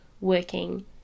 working